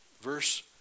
verse